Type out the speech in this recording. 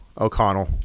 O'Connell